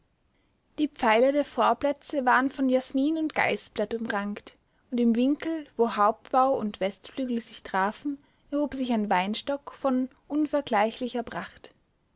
die pfeiler der vorplätze waren von jasmin und geisblatt umrankt und im winkel wo hauptbau und westflügel sich trafen erhob sich ein weinstock von unvergleichlicher pracht